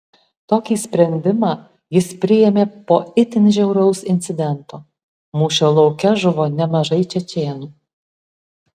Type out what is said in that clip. tokį sprendimą jis priėmė po itin žiauraus incidento mūšio lauke žuvo nemažai čečėnų